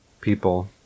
people